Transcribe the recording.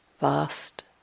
vast